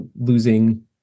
losing